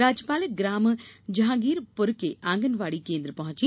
राज्यपाल ग्राम जहांगीरपुरा के आँगनवाड़ी केन्द्र पहुंची